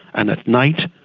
and at night,